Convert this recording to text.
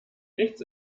nichts